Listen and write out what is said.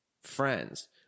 friends